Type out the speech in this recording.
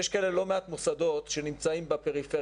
ויש כאלה לא מעט מוסדות שנמצאים בפריפריה.